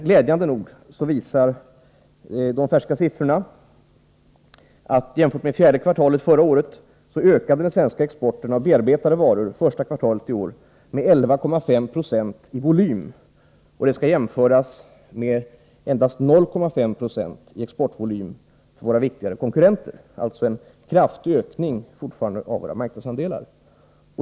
Glädjande nog visar färska siffror att jämfört med fjärde kvartalet förra året så ökade den svenska exportvolymen beträffande bearbetade varor med 11,5 96 under det fjärde kvartalet i år. Det skall jämföras med endast 0,5 96 i exportvolym för våra viktigare konkurrenter — det är alltså fortfarande fråga om en kraftig ökning av marknadsandelarna.